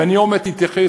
ועוד מעט אתייחס,